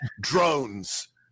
drones